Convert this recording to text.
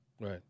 Right